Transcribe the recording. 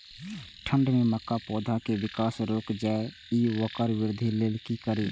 ठंढ में मक्का पौधा के विकास रूक जाय इ वोकर वृद्धि लेल कि करी?